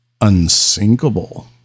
unsinkable